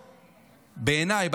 בעיניי,